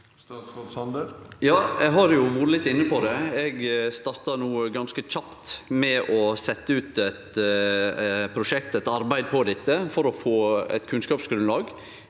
Sande Eg har jo vore litt inne på det. Eg startar no ganske kjapt med å setje ut eit prosjekt, eit arbeid, på dette for å få eit kunnskapsgrunnlag.